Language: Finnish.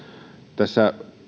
tässä